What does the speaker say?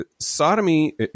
sodomy